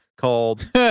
called